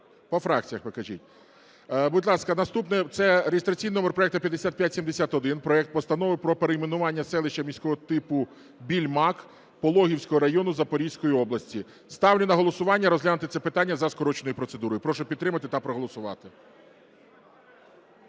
По фракціях покажіть. Будь ласка, наступне, це реєстраційний номер проекту 5571. Проект Постанови про перейменування селища міського типу Більмак Пологівського району Запорізької області. Ставлю на голосування розглянути це питання за скороченою процедурою. Прошу підтримати та проголосувати.